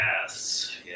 yes